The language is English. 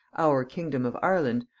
our kingdom of ireland,